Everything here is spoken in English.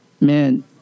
Man